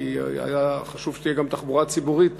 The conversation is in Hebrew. כי חשוב שתהיה גם תחבורה ציבורית